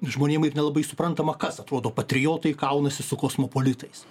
žmonėm ir nelabai suprantama kas atrodo patriotai kaunasi su kosmopolitais